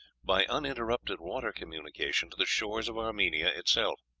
by uninterrupted water communication, to the shores of armenia itself.